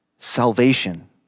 Salvation